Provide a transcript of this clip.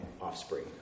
offspring